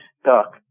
stuck